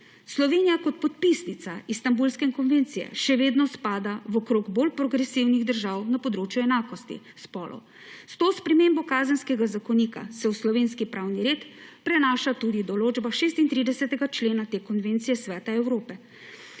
Slovenija, kot podpisnica Istanbulske konvencije, še vedno spada v krog bolj progresivnih držav na področju enakosti spolov. S to spremembo Kazenskega zakonika se v slovenski pravni red prenaša tudi določba 36. člena te konvencije Sveta Evrope,